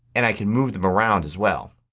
and i can move them around as well.